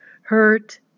hurt